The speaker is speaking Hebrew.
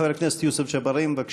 חבר הכנסת יוסף ג'בארין, בבקשה,